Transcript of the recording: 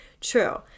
True